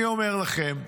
אני אומר לכם,